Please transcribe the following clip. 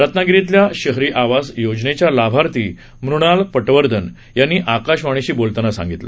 रत्नागिरीतल्या शहरी आवास योजनेच्या लाभार्थी मुणाल पटवर्धन यांनी आकाशवाणीशी बोलताना सांगितलं